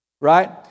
Right